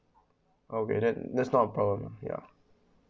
I'll read that that's not a problem ya